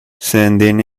sending